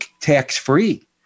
tax-free